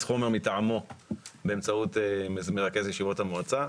חומר מטעמו באמצעות מרכז ישיבות המועצה.